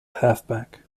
halfback